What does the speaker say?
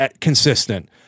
consistent